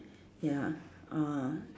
ya uh